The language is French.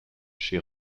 chez